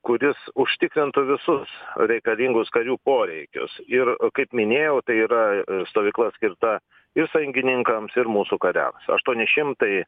kuris užtikrintų visus reikalingus karių poreikius ir kaip minėjau tai yra stovykla skirta ir sąjungininkams ir mūsų kariams aštuoni šimtai